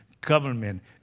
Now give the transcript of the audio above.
government